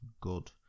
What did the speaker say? good